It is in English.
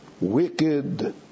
wicked